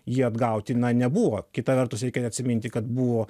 jį atgauti na nebuvo kita vertus reikia atsiminti kad buvo